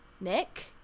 Nick